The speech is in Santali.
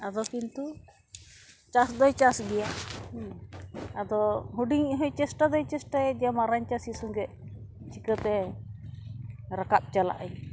ᱟᱫᱚ ᱠᱤᱱᱛᱩ ᱪᱟᱹᱥ ᱫᱚᱭ ᱪᱟᱹᱥ ᱜᱮᱭᱟ ᱦᱮᱸ ᱟᱫᱚ ᱦᱩᱰᱤᱧᱤᱜ ᱦᱚᱸ ᱪᱮᱥᱴᱟ ᱫᱚᱭ ᱪᱮᱥᱴᱟᱭᱮᱫ ᱜᱮᱭᱟ ᱢᱟᱨᱟᱝ ᱪᱟᱹᱥᱤ ᱥᱚᱝᱜᱮ ᱪᱤᱠᱟᱹᱛᱮ ᱨᱟᱠᱟᱵ ᱪᱟᱞᱟᱜ ᱟᱹᱧ